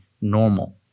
normal